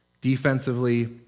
defensively